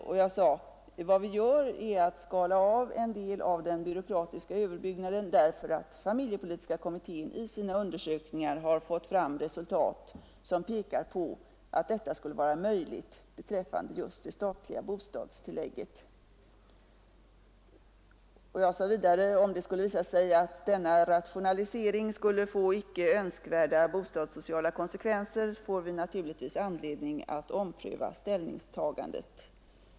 Jag sade att vad vi gör är att skala av en del av den byråkratiska överbyggnaden, därför att familjepolitiska kommittén i sina undersökningar fått fram resultat som pekar på att detta skulle vara möjligt beträffande just det statliga bostadstillägget. Jag sade vidare, att om det skulle visa sig att denna rationalisering skulle få icke önskvärda bostadssociala konsekvenser, får vi naturligtvis anledning att ompröva ställningstagandet.